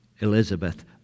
Elizabeth